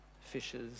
fishers